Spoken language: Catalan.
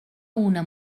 una